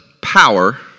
power